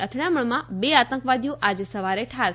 અથડામણમાં બે આતંકવાદીઓ આજે સવારે ઠાર થયા છે